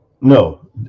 no